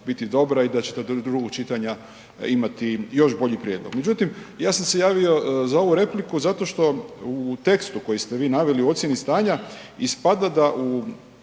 biti dobra i da ćete do drugog čitanja još bolji prijedlog. Međutim, ja sam se javio za ovu repliku zato što u tekstu kojeg ste vi naveli u ocjeni stanja ispada da u